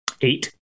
Eight